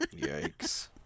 Yikes